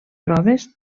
proves